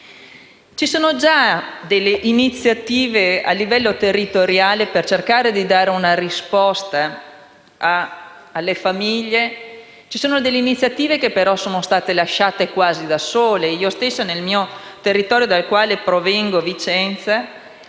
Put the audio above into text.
Ci sono già delle iniziative a livello territoriale per cercare di dare una risposta alle famiglie. Ci sono delle iniziative che però sono state lasciate quasi da sole. Nel territorio dal quale provengo, Vicenza,